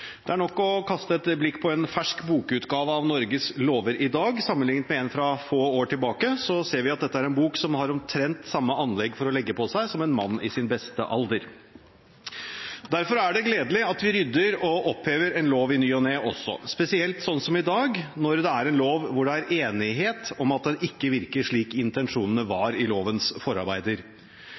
Det er nok å kaste et blikk på en fersk bokutgave at Norges lover i dag. Sammenlignet med en fra få år tilbake ser vi at dette er en bok som har omtrent samme anlegg for å legge på seg som en mann i sin beste alder. Derfor er det gledelig at vi rydder og opphever en lov i ny og ne også, spesielt sånn som i dag, når det er en lov hvor det er enighet om at den ikke virker slik intensjonene var i lovens forarbeider.